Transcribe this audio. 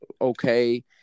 okay